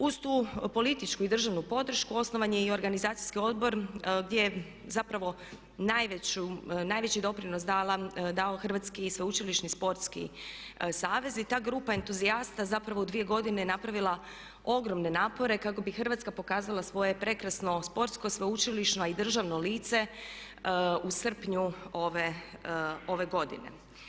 Uz tu političku i državnu podršku osnovan je i organizacijski odbor gdje zapravo najveći doprinos dao Hrvatski sveučilišni sportski savez i ta grupa entuzijasta zapravo dvije godine napravila ogromne napore kako bi Hrvatska pokazala svoje prekrasno sportsko, sveučilišno i državno lice u srpnju ove godine.